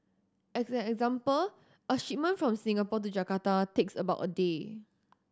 as an example a shipment from Singapore to Jakarta takes about a day